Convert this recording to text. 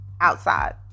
outside